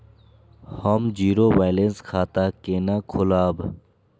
हम zero balance खाता केना खोलाब?